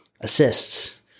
assists